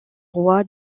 roi